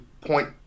point